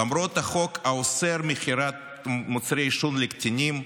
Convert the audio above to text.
למרות החוק האוסר מכירת מוצרי עישון לקטינים,